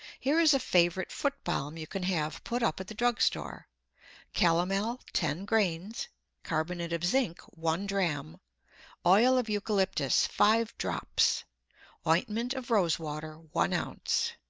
here is a favorite foot balm you can have put up at the drug store calomel, ten grains carbonate of zinc, one dram oil of eucalyptus, five drops ointment of rose water, one ounce.